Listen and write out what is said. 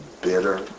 bitter